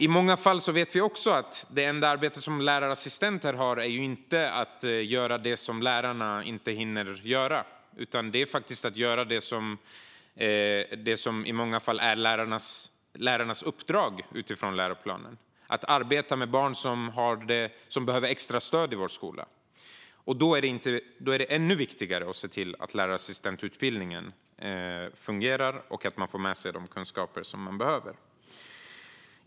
I många fall vet vi också att lärarassistenternas enda arbete inte är att göra det som lärarna inte hinner göra, utan det är faktiskt att göra det som i många fall är lärarnas uppdrag utifrån läroplanen: att arbeta med barn som behöver extra stöd i vår skola. Då är det ännu viktigare att se till att lärarassistentutbildningen fungerar och att man får med sig de kunskaper som man behöver.